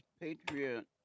Patriot